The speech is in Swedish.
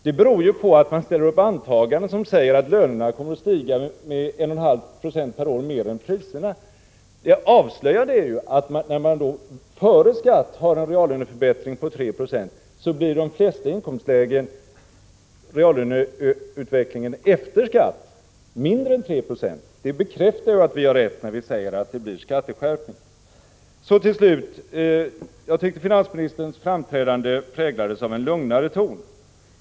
Det beror ju på att man ställer upp antagandet att lönerna kommer att stiga med 1,5 26 per år mer än priserna. Avslöjande är att när man före skatt har en reallöneförbättring på 3 Zc, så blir i de flesta inkomstlägen reallöneutvecklingen efter skatt mindre än 3 26. Det bekräftar ju att vi har rätt när vi säger att det blir skatteskärpning. Jag tycker att finansministerns framträdande i dag präglades av en lugnare ton än vanligt.